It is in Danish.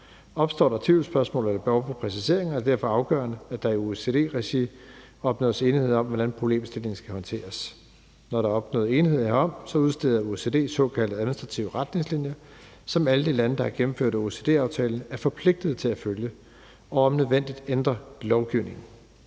Opstår der tvivlsspørgsmål eller behov for præciseringer, er det derfor afgørende, at der i OECD-regi opnås enighed om, hvordan problemstillingen skal håndteres. Når der er opnået enighed herom, udsteder OECD såkaldte administrative retningslinjer, som alle de lande, der har gennemført OECD-aftalen, er forpligtet til at følge, og om nødvendigt ændres lovgivningen.